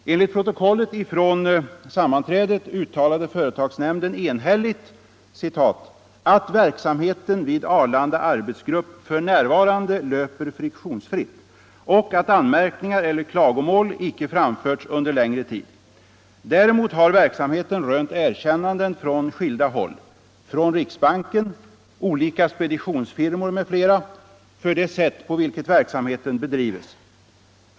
Enligt protokollet från sammanträdet uttalade företagsnämnden enhälligt ”att verksamheten vid Arlanda arbetsgrupp f. n. löper friktionsfritt, och att anmärkningar eller klagomål icke framförts under längre tid. Däremot har verksamheten rönt erkännanden från skilda håll — från Riksbanken, olika speditionsfirmor m.fl. — för det sätt på vilket verksamheten bedrives.